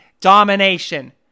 domination